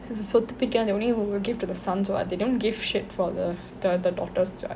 it's it's so typically that they will only give to the sons what they don't give shit for the the the daughters what